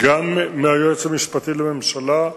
וגם מהיועץ המשפטי לממשלה,